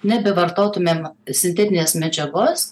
nebevartotumėm sintetinės medžiagos